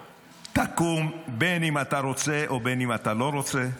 תקום בין שאתה רוצה ובין שאתה לא רוצה.